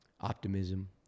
optimism